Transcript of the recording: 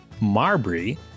Marbury